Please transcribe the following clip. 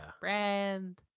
Brand